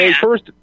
first